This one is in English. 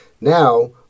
Now